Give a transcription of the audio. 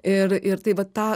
ir ir tai vat tą